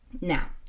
now